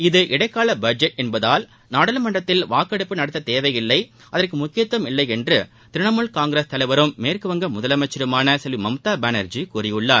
இது இளடக்கால பட்ஜெட் என்பதால் நாடாளுமன்றத்தில் வாக்கெடுப்பு நடத்த தேவையில்லை அதற்கு முக்கியத்துவமும் இல்லை என்று திரிணமூல் காங்கிரஸ் தலைவரும் மேற்குவங்க முதலமைச்சருமான செல்வி மம்தா பானர்ஜி கூறியுள்ளார்